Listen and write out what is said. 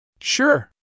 Sure